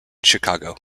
chicago